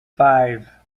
five